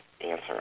answer